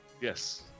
Yes